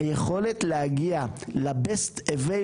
היכולת להגיע ל- best available